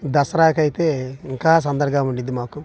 దసరాకయితే ఇంకా సందడిగా ఉండిద్ది మాకు